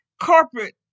corporate